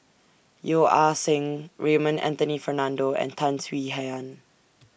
Yeo Ah Seng Raymond Anthony Fernando and Tan Swie Hian